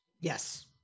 Yes